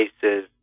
cases